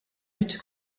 but